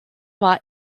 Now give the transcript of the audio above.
war